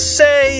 say